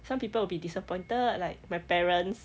some people will be disappointed like my parents